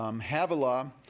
Havilah